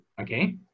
okay